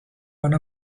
one